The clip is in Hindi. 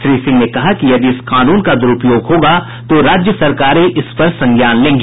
श्री सिंह ने कहा कि यदि इस कानून का दुरुपयोग होगा तो राज्य सरकारें इस पर संज्ञान लेंगी